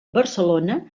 barcelona